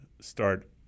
start